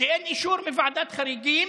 כי אין אישור מוועדת חריגים.